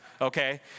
Okay